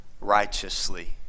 righteously